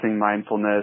mindfulness